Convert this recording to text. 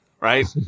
right